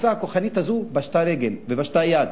התפיסה הכוחנית הזאת פשטה רגל ופשטה יד.